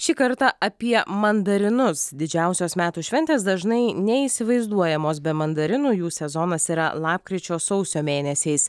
šį kartą apie mandarinus didžiausios metų šventės dažnai neįsivaizduojamos be mandarinų jų sezonas yra lapkričio sausio mėnesiais